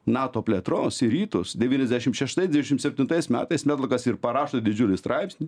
nato plėtros į rytus devyniasdešim šeštais devyniasdešim septintais metais medlokas ir parašo didžiulį straipsnį